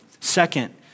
Second